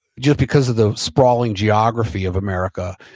just because of the sprawling geography of america,